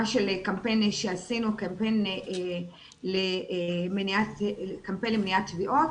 קמפיין שעשינו, קמפיין למניעת טביעות.